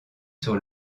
sur